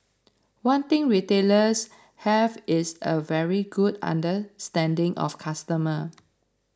one thing retailers have is a very good understanding of customer